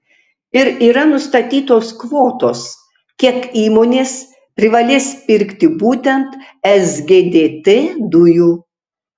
ir yra nustatytos kvotos kiek įmonės privalės pirkti būtent sgdt dujų